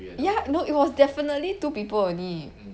ya no it was definitely two people only